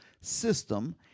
system